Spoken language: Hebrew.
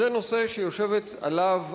זה נושא שיושבת עליו,